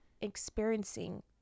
experiencing